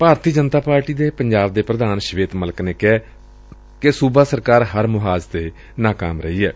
ਭਾਰਤੀ Janata party ਦੇ ਪੰਜਾਬ ਦੇ ਪ੍ਰਧਾਨ ਸ਼ਵੇਤ ਮਲਿਕ ਨੇ ਕਿਹੈ ਕਿ ਸੁਬਾ ਸਰਕਾਰ ਹਰ ਮੁਹਾਜ਼ ਤੇ ਨਾਕਾਮ ਰਹੀ ਏ